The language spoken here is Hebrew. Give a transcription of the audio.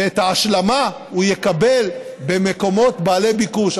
ואת ההשלמה הוא יקבל במקומות בעלי ביקוש.